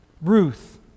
Ruth